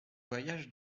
voyage